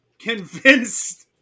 convinced